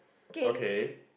okay